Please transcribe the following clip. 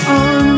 on